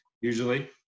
usually